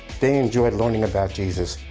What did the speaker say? they enjoyed learning about jesus.